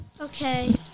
Okay